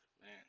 Man